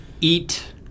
eat